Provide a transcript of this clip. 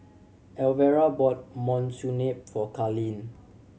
Alvera bought Monsunabe for Carlene